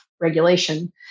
regulation